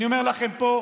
אני אומר לכם פה: